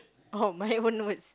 oh my own words